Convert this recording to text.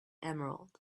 emerald